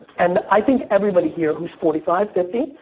and i think everybody here who's forty five, fifty,